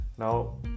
now